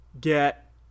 get